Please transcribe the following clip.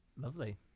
Lovely